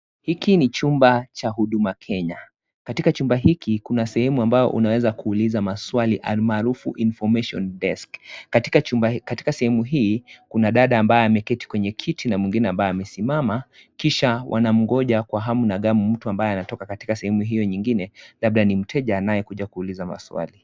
Hiki ni chumba cha huduma Kenya katika chumba hiki kuna sehemu ambao unaweza kuuliza maswali almarufu information desk katika sehemu hii kuna dada ambaye ameketi kwenye kiti na mwingine amesimama kisha wanamngoja kwa hamu na gamu mtu ambaye anatoka katika sehemu hiyo nyingine labda ni mteja anaye kuja kuuliza maswali.